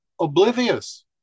oblivious